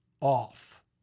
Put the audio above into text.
off